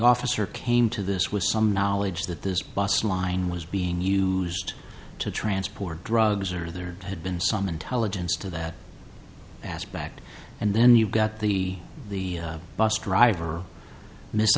officer came to this with some knowledge that this bus line was being you used to transport drugs or there had been some intelligence to that aspect and then you got the the bus driver mis